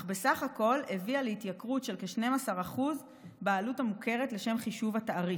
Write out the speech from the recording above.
אך בסך הכול הביאה להתייקרות של כ-12% בעלות המוכרת לשם חישוב התעריף.